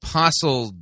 Apostle